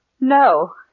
No